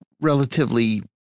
relatively